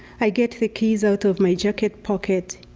i get the keys out of my jacket pocket,